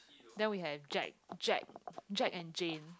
then we had a Jack Jack Jack and Jane